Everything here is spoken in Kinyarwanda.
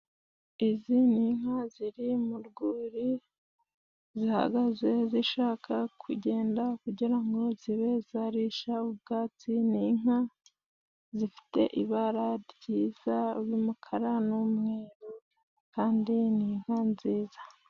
Izi ni inka ziri mu rwuri zihagaze zishaka kugenda kugira ngo zibe zarisha ubwatsi; ni inka zifite ibara ryiza ry'umukara n'umweru kandi ni inka nziza.